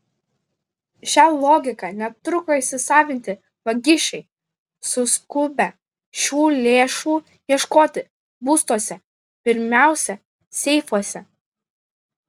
šią logiką netruko įsisavinti vagišiai suskubę šių lėšų ieškoti būstuose pirmiausia seifuose